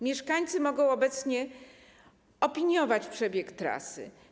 Mieszkańcy mogą obecnie opiniować przebieg trasy.